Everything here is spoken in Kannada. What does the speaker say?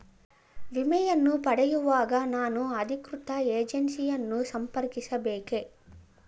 ವಿಮೆಯನ್ನು ಪಡೆಯುವಾಗ ನಾನು ಅಧಿಕೃತ ಏಜೆನ್ಸಿ ಯನ್ನು ಸಂಪರ್ಕಿಸ ಬೇಕೇ?